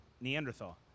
Neanderthal